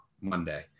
Monday